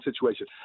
situation